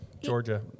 Georgia